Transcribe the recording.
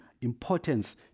importance